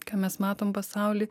ką mes matom pasauly